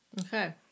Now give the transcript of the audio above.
Okay